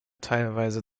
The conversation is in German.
teilweise